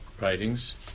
writings